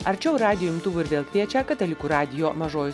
arčiau radijo imtuvų ir vėl kviečia katalikų radijo mažoji